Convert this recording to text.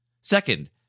Second